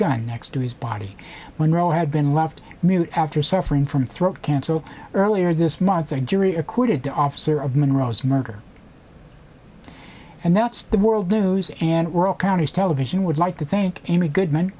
gun next to his body when rowe had been left after suffering from throat cancer earlier this month a jury acquitted the officer of monroe's murder and that's the world news and world counties television would like to thank amy goodman